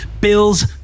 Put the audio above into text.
bills